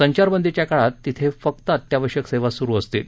संचारबंदीच्या काळात तिथे फक्त अत्यावश्यक सेवाच सुरु असतील